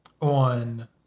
on